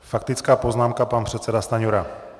Faktická poznámka pan předseda Stanjura.